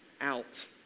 out